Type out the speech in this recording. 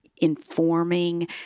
informing